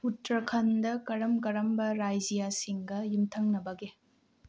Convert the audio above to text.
ꯎꯠꯇꯔꯈꯟꯗ ꯀꯔꯝ ꯀꯔꯝꯕ ꯔꯥꯏꯖ꯭ꯌꯥꯁꯤꯡꯒ ꯌꯨꯝꯊꯪꯅꯕꯒꯦ